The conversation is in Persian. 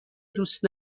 دوست